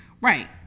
Right